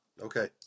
Okay